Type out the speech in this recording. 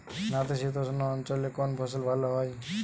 নাতিশীতোষ্ণ অঞ্চলে কোন ফসল ভালো হয়?